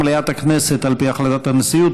על פי החלטת הנשיאות,